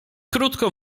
krótko